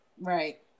Right